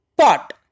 pot